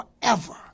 forever